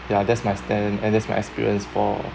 ya that's my stand and that's my experience for